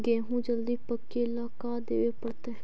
गेहूं जल्दी पके ल का देबे पड़तै?